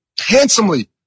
handsomely